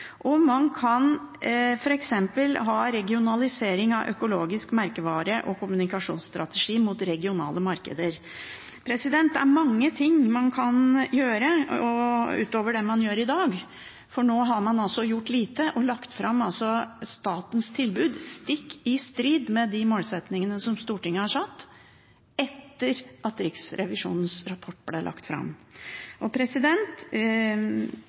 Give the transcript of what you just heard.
Og man kan f.eks. ha regionalisering av økologisk merkevare og kommunikasjonsstrategi mot regionale markeder. Det er mange ting man kan gjøre utover det man gjør i dag. Nå har man gjort lite og lagt fram statens tilbud stikk i strid med de målsettingene som Stortinget har satt, etter at Riksrevisjonens rapport ble lagt fram.